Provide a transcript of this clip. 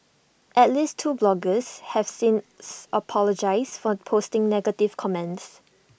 at least two bloggers have since apologised for posting negative comments